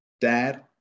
Dad